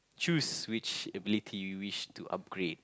choose which ability you wish to upgrade